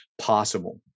possible